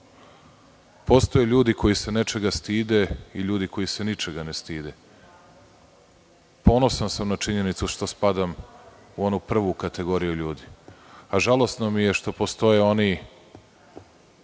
Postoje ljudi koji se nečega stide i ljudi koji se ničega ne stide. Ponosan sam na činjenicu što spadam u onu prvu kategoriju ljudi. Žalosno mi je što postoje oni